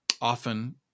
often